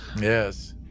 Yes